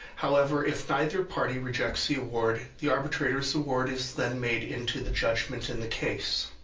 however, if neither party rejects the award, the arbitrator's award is then made into the judgment in the case.